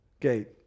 gate